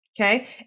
okay